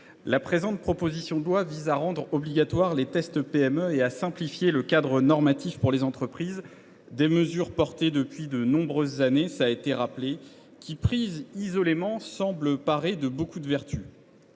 la présente proposition de loi vise à rendre obligatoires les « tests PME » et à simplifier le cadre normatif pour les entreprises, mesures portées depuis de nombreuses années, qui, prises isolément, semblent parées de beaucoup de vertus.